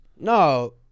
No